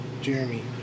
Jeremy